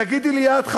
תגידי לי את,